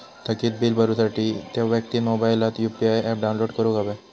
थकीत बील भरुसाठी त्या व्यक्तिन मोबाईलात यु.पी.आय ऍप डाउनलोड करूक हव्या